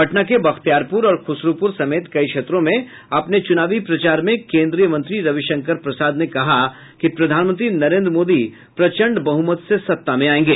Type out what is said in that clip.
पटना के बख्तियारपुर और खुसरूपुर समेत कई क्षेत्रों में अपने चुनावी प्रचार में केन्द्रीय मंत्री रविशंकर प्रसाद ने कहा कि प्रधानमंत्री नरेन्द्र मोदी प्रचंड बहुमत से सत्ता में आयेंगे